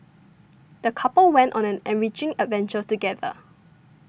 the couple went on an enriching adventure together